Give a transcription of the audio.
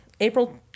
April